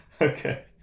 Okay